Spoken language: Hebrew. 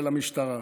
המשטרה.